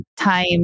time